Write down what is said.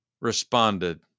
responded